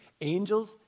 Angels